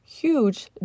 huge